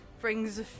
brings